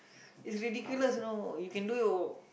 it's ridiculous you know you can do your